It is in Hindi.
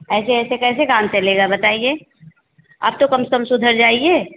ऐसे ऐसे कैसे काम चलेगा बताइए आप तो कम से कम सुधर जाइए